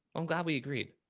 i'm glad we agreed.